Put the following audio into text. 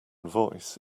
voice